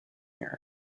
here